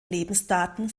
lebensdaten